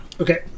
Okay